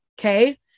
okay